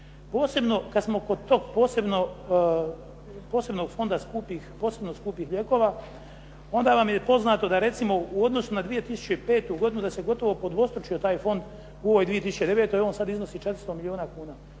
kad smo kod tog Fonda posebno skupih lijekova, onda vam je poznato da recimo u odnosu na 2005. godinu da se gotovo podvostručio taj fond u ovoj 2009. On sad iznosi 400 milijuna kuna.